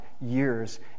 years